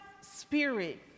spirit